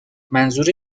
منظور